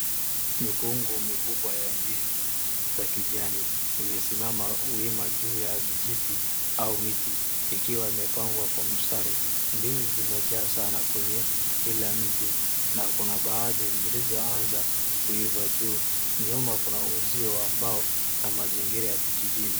Mikungu mikubwa ya ndizi za kijani. Imesimama wima juu ya vijiti au miti, ikiwa imepangwa kwa mstari. Ndizi zimejaa sana kwenye kila mti. Na kuna baadhi zilizoanza kuiva juu. Nyuma kuna uuzio wa mbao na mazingira ya kijijini.